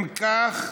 אם כך,